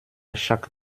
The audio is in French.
chaque